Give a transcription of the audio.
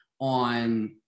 on